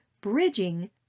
bridging